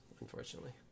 unfortunately